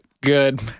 Good